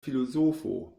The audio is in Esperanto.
filozofo